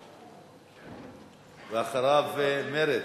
ואחריו, מרצ.